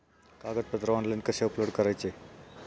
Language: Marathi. कागदपत्रे ऑनलाइन कसे अपलोड करायचे?